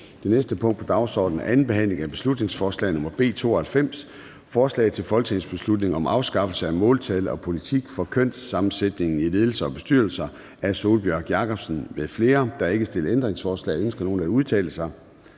Det næste punkt på dagsordenen er: 32) 2. (sidste) behandling af beslutningsforslag nr. B 92: Forslag til folketingsbeslutning om afskaffelse af måltal og politik for kønssammensætningen i ledelser og bestyrelser. Af Sólbjørg Jakobsen (LA) m.fl. (Fremsættelse 17.03.2023. 1. behandling